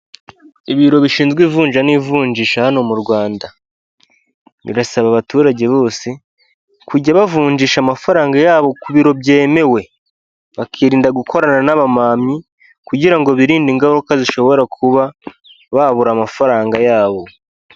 Ibiro bishinzwe ivunja n'ivunjisha hano mu Rwanda birasaba abaturage bose kujya bavunjisha amafaranga yabo ku biro byemewe, bakirinda gukorana n'amamamyi kugirango birinde ingaruka zishobora kuba babura amafaranga yabo.